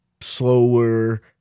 slower